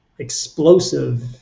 explosive